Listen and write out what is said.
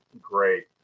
great